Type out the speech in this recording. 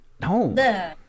No